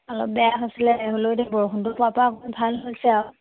অলপ বেয়া হৈছিলে হ'লেও এতিয়া বৰষুণটো যোৱাৰ পৰা অকণ ভাল হৈছে আৰু